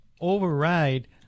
override